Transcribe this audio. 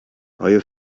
آیا